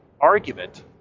argument